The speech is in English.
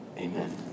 Amen